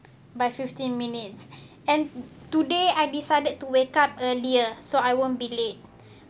by fifteen minutes and today I decided to wake up earlier so I won't be late